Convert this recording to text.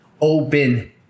open